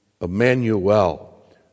Emmanuel